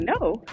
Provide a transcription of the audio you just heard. no